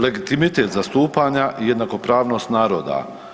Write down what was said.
Legitimitet zastupanja i jednakopravnost naroda.